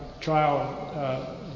trial